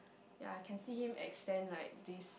ya I can see him extend like this